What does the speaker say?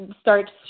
starts